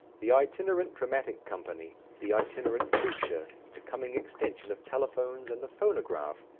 the itinerant dramatic company, the itinerant preacher, the coming extension of telephones and the phonograph,